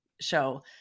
show